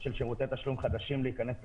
של שירותי תשלום חדשים להיכנס לשוק,